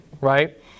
Right